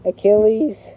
Achilles